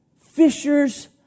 fishers